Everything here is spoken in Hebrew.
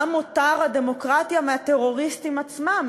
מה מותר הדמוקרטיה מהטרוריסטים עצמם,